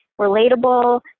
relatable